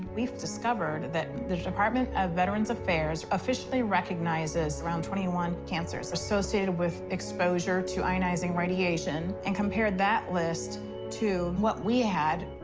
we've discovered that the department of veterans affairs officially recognizes around twenty one cancers associated with exposure to ionizing radiation, and compared that list to what we had.